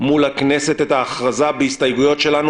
מול הכנסת את ההכרזה בהסתייגויות שלנו.